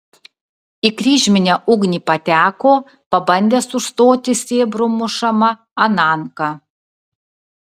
į kryžminę ugnį pateko pabandęs užstoti sėbrų mušamą ananką